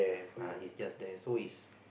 uh he's just there so his